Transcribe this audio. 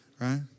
Right